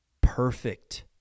perfect